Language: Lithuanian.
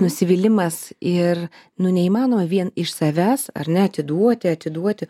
nusivylimas ir nu neįmanoma vien iš savęs ar ne atiduoti atiduoti